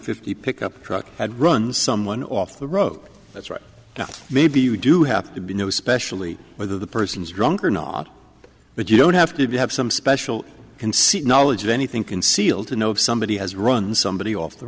fifty pickup truck had run someone off the road that's right maybe you do have to be new especially where the person is drunk or not but you don't have to have some special conceit knowledge of anything concealed to know if somebody has run somebody off the